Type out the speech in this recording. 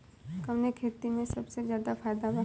कवने खेती में सबसे ज्यादा फायदा बा?